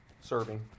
serving